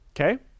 Okay